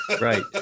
Right